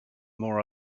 more